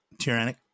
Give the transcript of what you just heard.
tyrannic